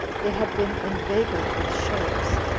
they had been inveigled with shows,